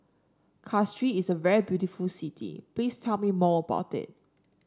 Castries is a very beautiful city please tell me more about it